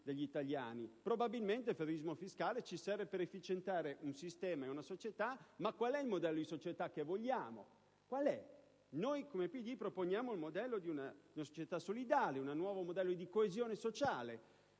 degli italiani. Probabilmente il federalismo fiscale ci serve per rendere efficiente un sistema ed una società: ma qual è il modello di società che vogliamo? Noi, come Partito Democratico, proponiamo un modello di società solidale, un nuovo modello di coesione sociale